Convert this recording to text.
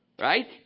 Right